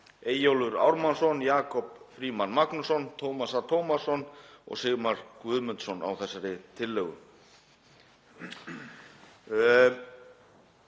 Eyjólfur Ármannsson, Jakob Frímann Magnússon, Tómas A. Tómasson og Sigmar Guðmundsson á þessari tillögu. Það